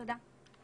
תודה.